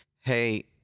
hey